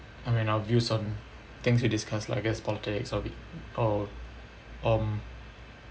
I mean our views on things we discuss lah I guess politics or the or um